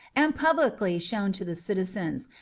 and publicly shown to the citizens,